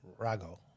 Rago